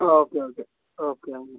okay okay okay അത്